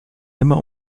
immer